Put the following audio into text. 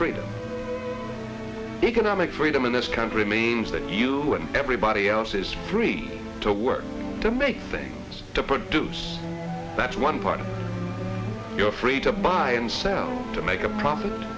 freedom economic freedom in this country means that you and everybody else is free to work to make things to produce that one part of your free to buy and sell to make a profit